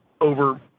over